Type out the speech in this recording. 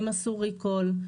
אם עשו ריקול,